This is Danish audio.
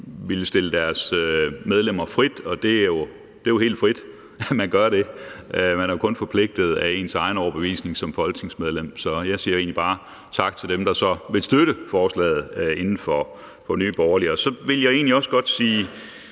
vil stille deres medlemmer frit, og det er jo helt frit, at man gør det, for man er kun forpligtet af ens egen overbevisning som folketingsmedlem. Så jeg siger egentlig bare tak til dem, der så vil støtte forslaget i Nye Borgerlige. Så vil jeg egentlig også godt sige